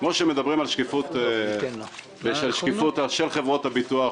כפי שמדברים על שקיפות של חברות הביטוח,